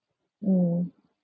mm